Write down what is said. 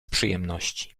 przyjemności